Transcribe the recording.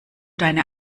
deine